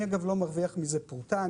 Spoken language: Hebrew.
אגב, אני לא מרוויח מזה פרוטה.